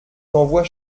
t’envoie